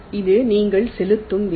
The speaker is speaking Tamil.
இது நீங்கள் செலுத்தும் விலை